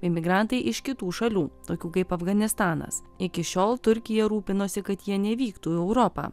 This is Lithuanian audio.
imigrantai iš kitų šalių tokių kaip afganistanas iki šiol turkija rūpinosi kad jie nevyktų į europą